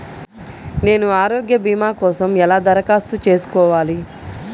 నేను ఆరోగ్య భీమా కోసం ఎలా దరఖాస్తు చేసుకోవాలి?